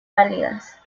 pálidas